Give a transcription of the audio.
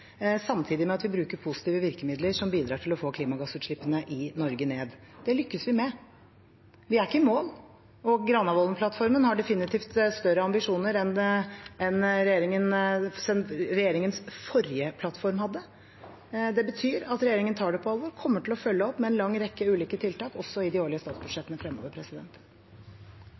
samtidig med at vi bruker positive virkemidler som bidrar til å få klimagassutslippene i Norge ned. Det lykkes vi med. Vi er ikke i mål, og Granavolden-plattformen har definitivt større ambisjoner enn regjeringens forrige plattform hadde. Det betyr at regjeringen tar det på alvor, kommer til å følge opp med en lang rekke ulike tiltak, også i de årlige statsbudsjettene fremover.